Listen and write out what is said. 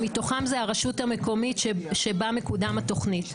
שמתוכן זו הרשות המקומית שבה מקודמת התוכנית.